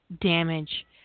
damage